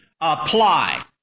apply